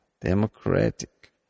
democratic